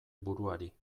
buruari